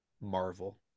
Marvel